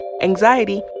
anxiety